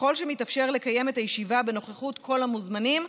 ככל שמתאפשר לקיים את הישיבה בנוכחות כל המוזמנים,